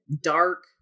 dark